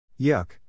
Yuck